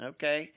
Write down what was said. Okay